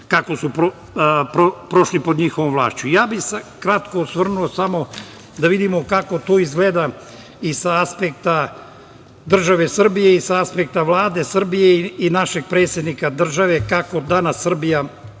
kako su prošli pod njihovom vlašću. Kratko bih se osvrnuo da vidim kako to izgleda i sa aspekta države Srbije i sa aspekta Vlade Srbije i našeg predsednika države, kako danas Srbija